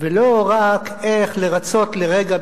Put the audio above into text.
ולא רק איך לרצות לרגע,